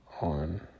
on